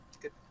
good